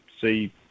see